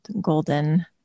golden